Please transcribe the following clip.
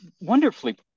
wonderfully